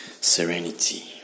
Serenity